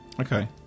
Okay